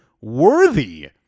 worthy